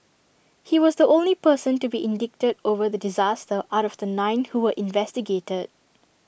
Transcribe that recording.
he was the only person to be indicted over the disaster out of the nine who were investigated